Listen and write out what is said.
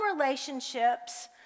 relationships